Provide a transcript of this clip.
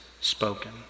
spoken